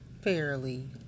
fairly